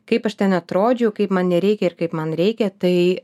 kaip aš ten atrodžiau kaip man nereikia ir kaip man reikia tai